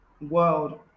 world